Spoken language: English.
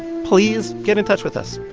please get in touch with us.